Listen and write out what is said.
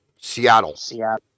Seattle